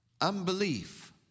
unbelief